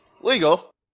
legal